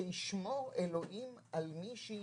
שישמור אלוהים על מי שהיא